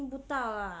听不到 lah